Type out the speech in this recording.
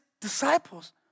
disciples